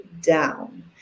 down